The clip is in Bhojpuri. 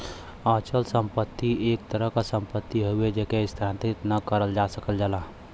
अचल संपत्ति एक तरह क सम्पति हउवे जेके स्थानांतरित न करल जा सकल जाला